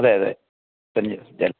അതെ അതെ